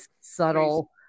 subtle